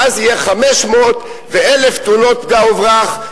ואז יהיו 500 ו-1,000 תאונות פגע וברח.